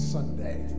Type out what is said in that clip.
Sunday